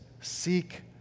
seek